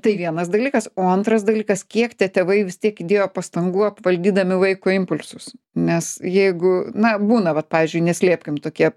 tai vienas dalykas o antras dalykas kiek tie tėvai vis tiek įdėjo pastangų apvaldydami vaiko impulsus nes jeigu na būna vat pavyžiui neslėpkim tokie